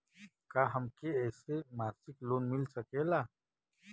का हमके ऐसे मासिक लोन मिल सकेला?